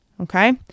Okay